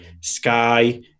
Sky